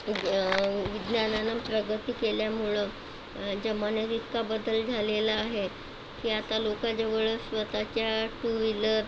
वि विज्ञानानं प्रगती केल्यामुळं जमान्यात इतका बदल झालेला आहे की आता लोकांजवळ स्वतःच्या टू व्हीलर